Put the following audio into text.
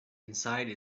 inside